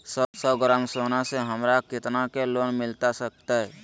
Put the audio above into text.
सौ ग्राम सोना से हमरा कितना के लोन मिलता सकतैय?